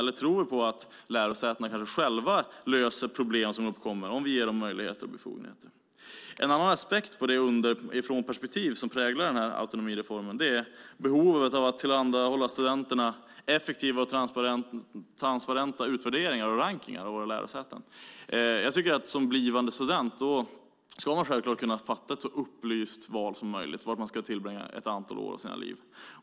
Eller tror vi på att lärosätena kanske själva löser problem som uppkommer om vi ger dem möjligheter och befogenheter? En annan aspekt på det underifrånperspektiv som präglar autonomireformen är behovet av att tillhandahålla studenterna effektiva och transparenta utvärderingar och rankningar av våra lärosäten. Jag tycker att man som blivande student självklart ska kunna göra ett så upplyst val som möjligt av var man ska tillbringa ett antal år av sitt liv.